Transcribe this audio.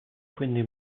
quindi